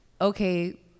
okay